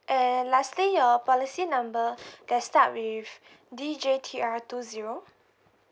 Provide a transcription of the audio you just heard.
and lastly your policy number let's start with the D J T R two zero